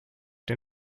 den